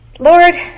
Lord